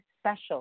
special